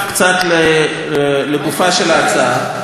עכשיו קצת לגופה של ההצעה,